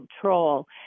control